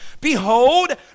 Behold